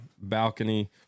balcony